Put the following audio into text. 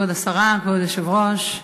כבוד היושב-ראש,